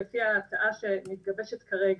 לפי ההצעה שמתגבשת כרגע,